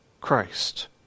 Christ